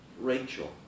Rachel